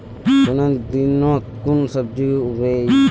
कुन दिनोत कुन सब्जी उगेई?